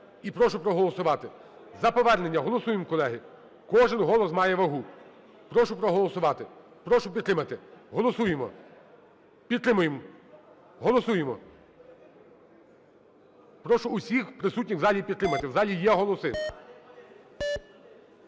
і прошу проголосувати. За повернення голосуємо, колеги. Кожен голос має вагу. Прошу проголосувати, прошу підтримати. Голосуємо, підтримуємо, голосуємо. Прошу всіх присутніх у залі підтримати. В залі є голоси.